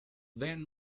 event